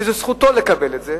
וזכותו לקבל את זה.